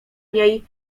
niej